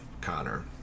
Connor